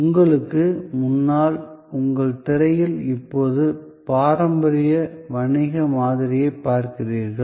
உங்களுக்கு முன்னால் உங்கள் திரையில் இப்போது பாரம்பரிய வணிக மாதிரியைப் பார்க்கிறீர்கள்